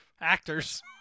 actors